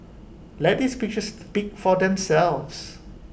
let these pictures speak for themselves